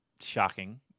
shocking